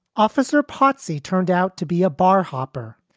officer pottsy turned out to be a bar hopper.